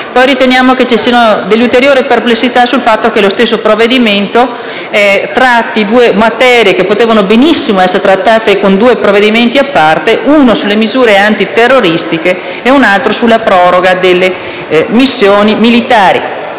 Riteniamo vi siano ulteriori perplessità sul fatto che lo stesso provvedimento tratti due materie che avrebbero benissimo potuto essere trattate con due provvedimenti a parte, uno sulle misure antiterroristiche ed un altro sulla proroga delle missioni militari.